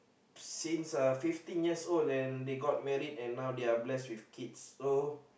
since uh fifteen years old and they got married and now they are bless with kids so